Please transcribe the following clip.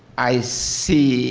i see